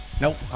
Nope